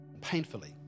painfully